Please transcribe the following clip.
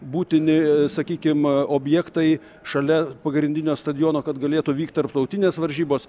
būtini sakykim objektai šalia pagrindinio stadiono kad galėtų vykt tarptautinės varžybos